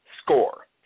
Score